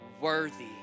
worthy